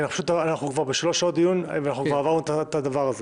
אנחנו כבר בשלוש שעות דיון וכבר עברנו את הדבר הזה.